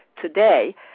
today